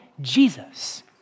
Jesus